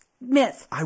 myth